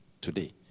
today